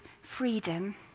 freedom